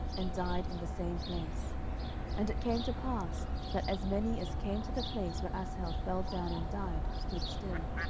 and died in the same place and it came to pass, that as many as came to the place where asahel fell down and died stood still.